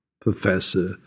professor